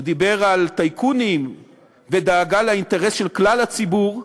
הוא דיבר על טייקונים ועל דאגה לאינטרס של כלל הציבור.